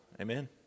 Amen